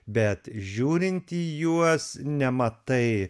bet žiūrinti į juos nematai